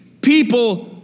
people